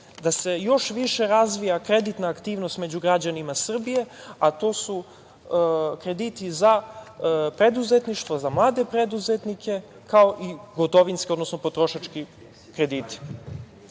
da se još više razvija kreditna aktivnost među građanima Srbije, a to su krediti za preduzetništvo, za mlade preduzetnike, kao i gotovinski, odnosno potrošački krediti. Razne